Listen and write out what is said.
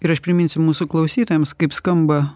ir aš priminsiu mūsų klausytojams kaip skamba